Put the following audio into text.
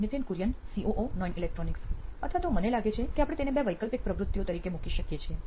Nithin Kurian COO નોઇન electronics અથવા તો મને લાગે છે કે આપણે તેને બે વૈકલ્પિક પ્રવૃત્તિઓ તરીકે મૂકી શકીએ છીએ